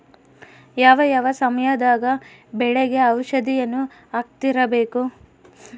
ಯಾವ ಯಾವ ಸಮಯದಾಗ ಬೆಳೆಗೆ ಔಷಧಿಯನ್ನು ಹಾಕ್ತಿರಬೇಕು?